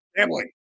Family